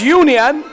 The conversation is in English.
union